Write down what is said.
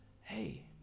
hey